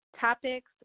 topics